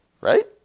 Right